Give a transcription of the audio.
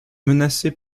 menacée